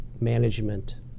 management